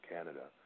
Canada